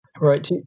Right